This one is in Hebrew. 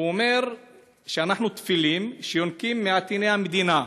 הוא אומר שאנחנו טפילים שיונקים מעטיני המדינה.